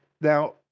Now